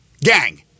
gang